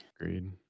Agreed